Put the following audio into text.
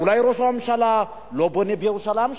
אולי ראש הממשלה לא בונה בירושלים?